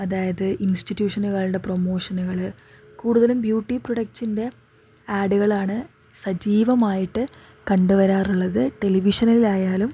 അതായത് ഇൻസ്റ്റിട്യൂഷനുകളുടെ പ്രൊമോഷനുകൾ കൂടുതലും ബ്യൂട്ടി പ്രൊഡക്റ്റ്സിൻ്റെ ആഡുകളാണ് സജീവമായിട്ട് കണ്ട് വരാറുള്ളത് ടെലിവിഷനിൽ ആയാലും